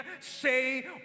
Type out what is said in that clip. say